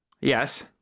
Yes